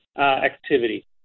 activity